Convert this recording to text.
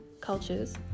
cultures